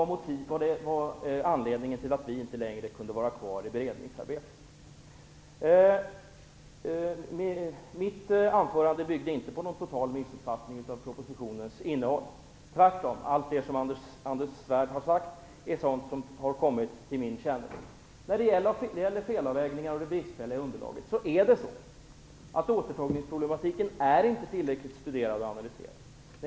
Det var anledningen till att vi inte längre kunde vara kvar i beredningsarbetet. Mitt anförande byggde inte på någon total missuppfattning av propositionens innehåll. Tvärtom är allt det som Anders Svärd har sagt sådant som har kommit till min kännedom. När det gäller frågan om felavvägningar och det bristfälliga underlaget är återtagningsproblematiken inte tillräckligt studerad och analyserad.